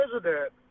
president